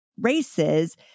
races